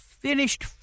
Finished